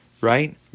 right